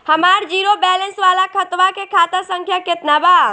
हमार zero balance वाला खतवा के खाता संख्या केतना बा?